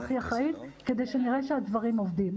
והכי אחראית כדי שנראה שהדברים עובדים.